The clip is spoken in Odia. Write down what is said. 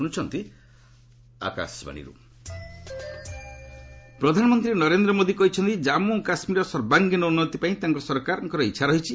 ପିଏମ୍ ଜାମ୍ମୁ ପ୍ରଧାନମନ୍ତ୍ରୀ ନରେନ୍ଦ୍ର ମୋଦି କହିଛନ୍ତି କାଞ୍ଗୁ କାଶ୍ମୀରର ସର୍ବାଙ୍ଗୀନ ଉନ୍ନତି ପାଇଁ ତାଙ୍କ ସରକାରଙ୍କର ଇଚ୍ଛା ରହିଛି